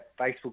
Facebook